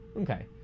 Okay